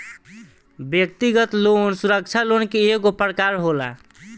व्यक्तिगत लोन सुरक्षित लोन के एगो प्रकार होला